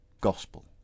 gospel